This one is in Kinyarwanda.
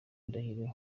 ndahiro